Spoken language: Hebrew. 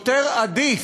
עדיף,